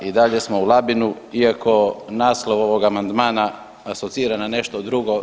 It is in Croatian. I dalje smo u Labinu iako naslov ovog amandmana asocira na nešto drugo.